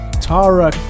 Tara